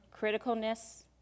criticalness